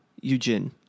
Eugene